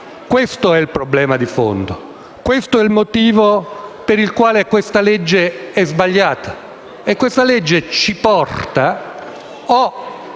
Questo è il problema di fondo. Questo è il motivo per il quale questa legge è sbagliata. Questa legge ci porta